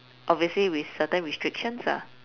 obviously with certain restrictions lah